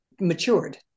matured